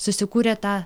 susikūrėt tą